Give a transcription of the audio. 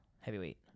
Heavyweight